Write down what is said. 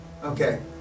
Okay